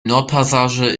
nordpassage